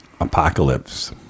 Apocalypse